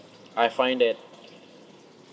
I find that